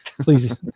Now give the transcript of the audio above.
please